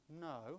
No